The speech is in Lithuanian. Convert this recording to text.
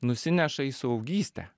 nusineša į suaugystę